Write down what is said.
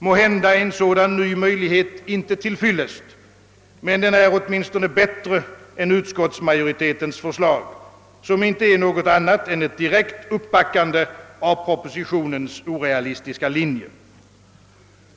Måhända är en sådan ny möjlighet inte till fyllest, men den är åtminstone bättre än utskottsmajoritetens förslag, som inte är något annat än ett direkt uppbackan de av propositionens orealistiska linje.